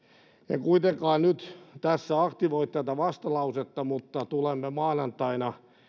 en kuitenkaan nyt tässä aktivoi tätä vastalausetta mutta tulemme maanantaina